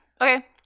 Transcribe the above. Okay